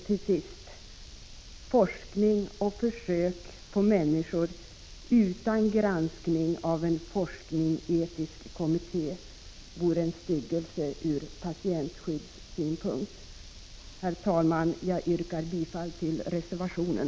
Till sist: Forskning och försök på människor utan granskning av en forskningsetisk kommitté vore en styggelse ur patientskyddssynpunkt. Herr talman! Jag yrkar bifall till reservationen.